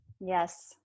Yes